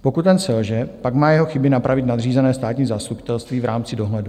Pokud ten selže, pak má jeho chyby napravit nadřízené státní zastupitelství v rámci dohledu.